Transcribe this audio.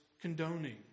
condoning